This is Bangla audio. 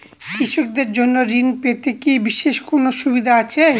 কৃষকদের জন্য ঋণ পেতে কি বিশেষ কোনো সুবিধা আছে?